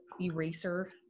eraser